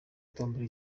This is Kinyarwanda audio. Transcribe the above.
tombola